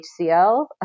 HCL